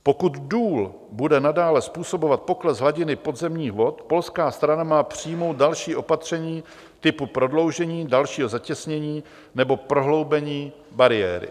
Pokud důl bude nadále způsobovat pokles hladiny podzemních vod, polská strana má přijmout další opatření typu prodloužení, dalšího zatěsnění nebo prohloubení bariéry.